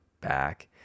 back